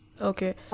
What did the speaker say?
Okay